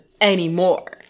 anymore